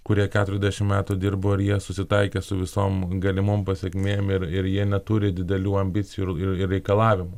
kurie keturiasdešim metų dirbo ir jie susitaikė su visom galimom pasekmėm ir ir jie neturi didelių ambicijų ir ir ir reikalavimų